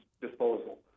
disposal